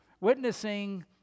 witnessing